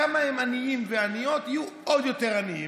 כמה שהם עניים ועניות, יהיו עוד יותר עניים.